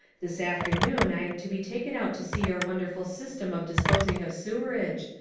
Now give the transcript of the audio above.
this afternoon i am to be taken out to see your wonderful system of disposing of sewerage,